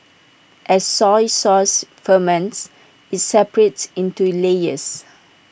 as soy sauce ferments IT separates into layers